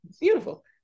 Beautiful